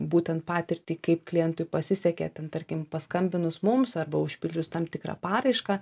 būtent patirtį kaip klientui pasisekė ten tarkim paskambinus mums arba užpildžius tam tikrą paraišką